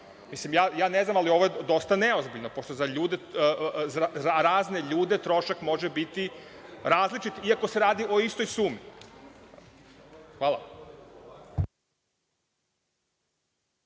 zajednica, a šta nije. Ovo je dosta neozbiljno, pošto za razne ljude trošak može biti različit, iako se radi o istoj sumi. Hvala.